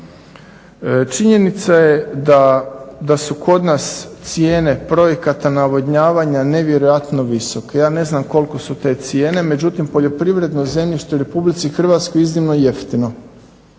Činjenica je da su kod nas cijene projekata navodnjavanja nevjerojatno visoke. Ja ne znam koliko su te cijene međutim poljoprivredno zemljište u RH je iznimno jeftino.